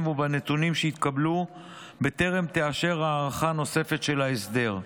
ובנתונים שהתקבלו בטרם תאשר הארכה נוספת של ההסדר.